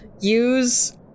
use